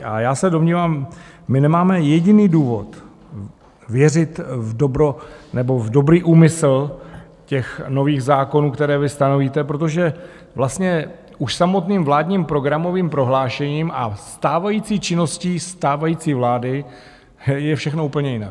A já se domnívám, my nemáme jediný důvod věřit v dobro nebo v dobrý úmysl těch nových zákonů, které vy stanovíte, protože vlastně už samotným vládním programovým prohlášením a stávající činností stávající vlády je všechno úplně jinak.